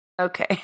Okay